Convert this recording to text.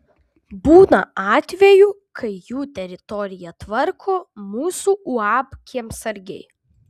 būna atvejų kai jų teritoriją tvarko mūsų uab kiemsargiai